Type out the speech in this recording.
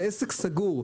זה עסק סגור,